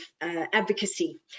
advocacy